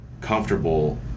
comfortable